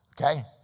okay